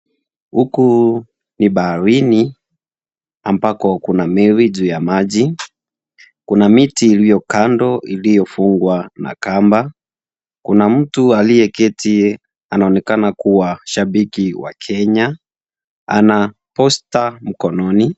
Huku ni baharini, ambako kuna meli juu ya maji. Kuna miti iliyo kando, iliyofungwa na kamba. Kuna mtu aliyeketi anaonekana kuwa shabiki wa Kenya. Ana poster mkononi.